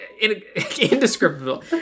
indescribable